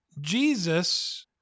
Jesus